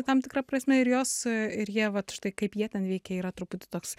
tam tikra prasme ir jos ir jie vat štai kaip jie ten veikia yra truputį toks